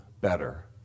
better